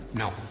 no,